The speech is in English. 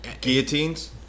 Guillotines